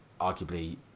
arguably